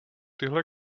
tyhle